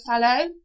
fellow